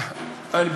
מה מונע ממנו?